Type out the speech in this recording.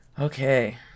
Okay